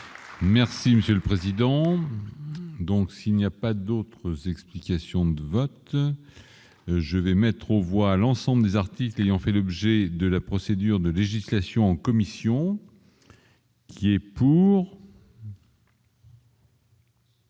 Monsieur le Président, donc s'il n'y a pas d'autres explications de vote, je vais mettre aux voix à l'ensemble des artistes ayant fait le budget de la procédure de législation en commission, qui est pour.